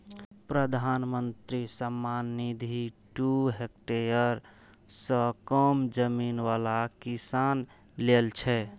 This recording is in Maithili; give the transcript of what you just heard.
प्रधानमंत्री किसान सम्मान निधि दू हेक्टेयर सं कम जमीन बला किसान लेल छै